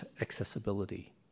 accessibility